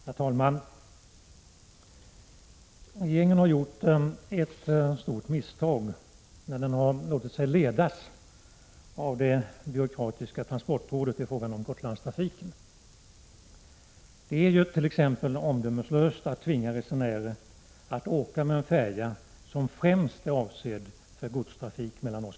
Herr talman! Regeringen har gjort ett stort misstag när den har låtit sig ledas av det byråkratiska transportrådet i frågan om Gotlandstrafiken. Det är 9” omdömeslöst att t.ex. tvinga resenärer att mellan Oskarshamn och Gotland åka med en färja som främst är avsedd för godstrafik.